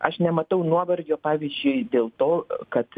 aš nematau nuovargio pavyzdžiui dėl to kad